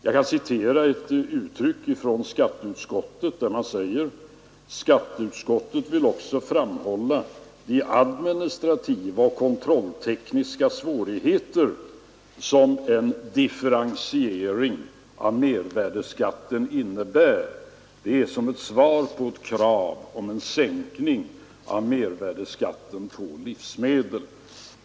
Jag kan återge ett uttalande från skatteutskottet, där det heter: ”Skatteutskottet vill också framhålla de administrativa och kontrolltekniska svårigheter som en differentiering av mervärdeskatten innebär.” Det sägs som svar på ett krav om sänkning av mervärdeskatten på livsmedel.